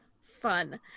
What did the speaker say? Fun